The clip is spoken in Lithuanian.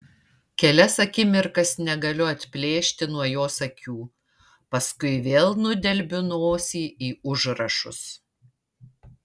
kelias akimirkas negaliu atplėšti nuo jos akių paskui vėl nudelbiu nosį į užrašus